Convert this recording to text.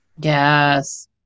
Yes